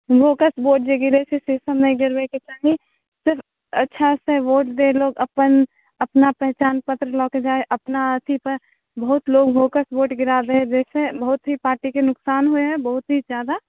वोकस vote जे गिरै छै से नहि गिरबैके चाही अच्छा से वोट दे लोग अपन अपना पहचान पत्र लऽ के जाइ अपना अथी पर बहुत लोक वोकस वोट गिरै दय हय जइसे बहुत ही पार्टीके नुकसान होइ हय बहुत ही जादा